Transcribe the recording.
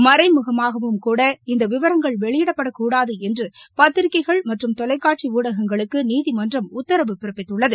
மறைமுகமாகவும் கூட இந்த விவரங்கள் வெளியிடப்படக்கூடாது என்று பத்திரிக்கைகள் மற்றும் தொலைக்காட்சி ஊடகங்களுக்கு நீதிமன்றம் உத்தரவு பிறப்பித்துள்ளது